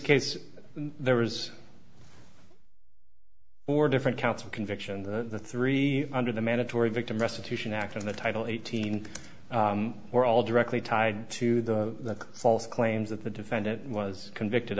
case there was or different counts of conviction the three under the mandatory victim restitution act and the title eighteen were all directly tied to the false claims that the defendant was convicted